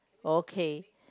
okay